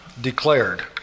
declared